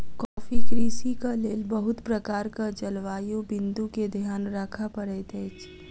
coffee कृषिक लेल बहुत प्रकारक जलवायु बिंदु के ध्यान राखअ पड़ैत अछि